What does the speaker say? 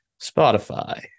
Spotify